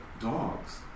dogs